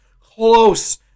close